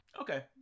Okay